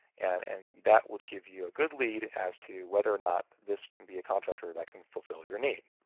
and that will give you a good lead as as to whether or not this can be a contractor that can fulfill your need.